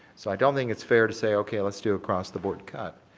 so i don't think it's fair to say, okay, let's do across the board cut.